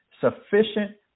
sufficient